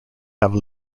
have